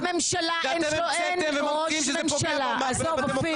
זה אתם המצאתם וממציאים וזה פוגע בדמוקרטיה.